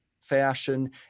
fashion